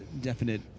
definite